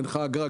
אין לך אגרגטים,